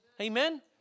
Amen